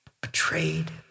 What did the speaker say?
betrayed